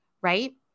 right